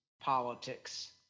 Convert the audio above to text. politics